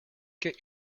get